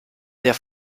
der